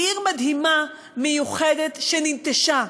היא עיר מדהימה, מיוחדת, שננטשה.